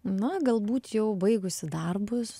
na galbūt jau baigusi darbus